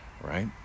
Right